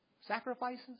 sacrifices